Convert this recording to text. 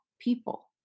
people